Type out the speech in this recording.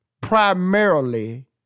primarily